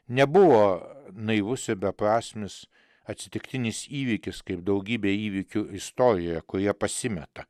nebuvo naivus ir beprasmis atsitiktinis įvykis kaip daugybė įvykių istorijoje kurie pasimeta